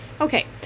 Okay